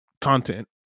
content